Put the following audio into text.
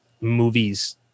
movies